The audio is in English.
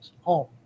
home